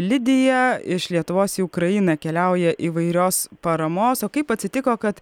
lidija iš lietuvos į ukrainą keliauja įvairios paramos o kaip atsitiko kad